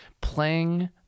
playing